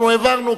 אנחנו העברנו,